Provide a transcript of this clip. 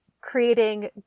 creating